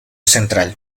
central